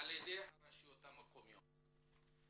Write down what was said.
על-ידי הרשויות המקומיות.